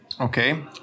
Okay